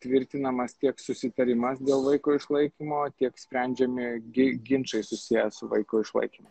tvirtinamas tiek susitarimas dėl vaiko išlaikymo tiek sprendžiami gi ginčai susiję su vaiko išlaikymu